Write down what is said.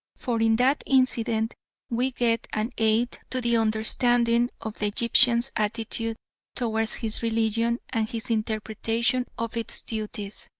for in that incident we get an aid to the understanding of the egyptian's attitude towards his religion and his interpretation of its duties.